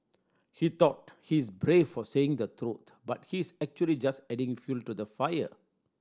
he thought he's brave for saying the truth but he's actually just adding fuel to the fire